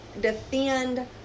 defend